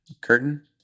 curtain